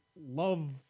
love